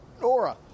Nora